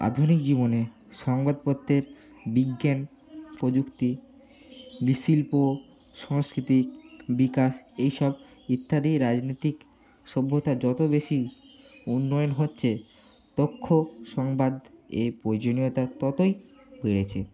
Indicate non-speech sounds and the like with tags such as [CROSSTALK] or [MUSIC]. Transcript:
আধুনিক জীবনে সংবাদপত্রের বিজ্ঞান প্রযুক্তি শিল্প সাংস্কৃতিক বিকাশ এইসব ইত্যাদি রাজনীতিক সভ্যতা যত বেশি উন্নয়ন হচ্ছে [UNINTELLIGIBLE] সংবাদ এ প্রয়োজনীয়তা ততই বেড়েছে